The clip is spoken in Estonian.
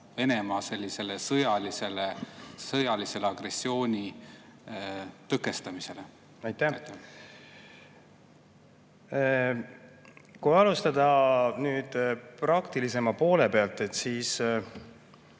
Venemaa sõjalise agressiooni tõkestamisele? Aitäh! Kui alustada praktilisema poole pealt, siis